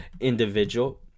individual